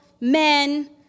men